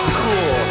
cool